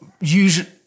usually